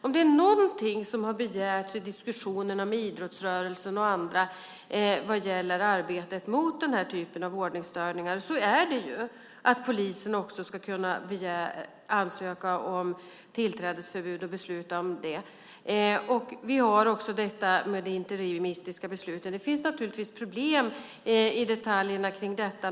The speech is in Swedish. Om det är någonting som har begärts i diskussionerna med idrottsrörelsen och andra vad gäller arbetet mot den här typen av ordningsstörningar är det att polisen också ska kunna ansöka om tillträdesförbud och besluta om det. Vi har också det interimistiska beslutet. Det finns naturligtvis problem i detaljerna kring detta.